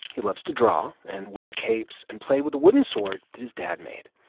he loves to draw and wear capes and play with a wooden sword that his dad made.